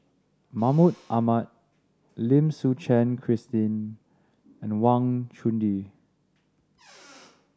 Mahmud Ahmad Lim Suchen Christine and Wang Chunde